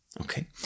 Okay